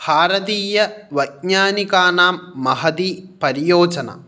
भारतीयवैज्ञानिकानां महती पर्योजना